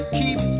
keep